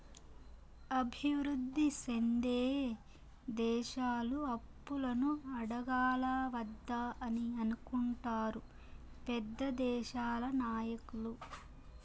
అభివృద్ధి సెందే దేశాలు అప్పులను అడగాలా వద్దా అని అనుకుంటారు పెద్ద దేశాల నాయకులు